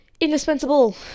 indispensable